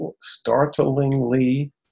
startlingly